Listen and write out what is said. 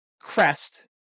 crest